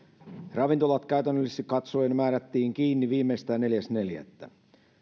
ravintolat käytännöllisesti katsoen määrättiin kiinni viimeistään neljäs neljättä